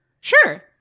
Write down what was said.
Sure